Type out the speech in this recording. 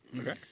Okay